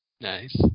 Nice